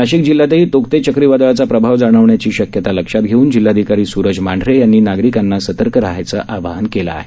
नाशिक जिल्ह्यातही तोक्ते चक्रीवादळाचा प्रभाव जाणवण्याची शक्यता लक्षात घेऊन जिल्हाधिकारी स्रज मांढरे यांनी नागरिकांना सतर्क राहण्याचं आवाहन केलं आहे